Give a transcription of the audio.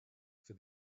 for